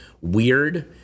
weird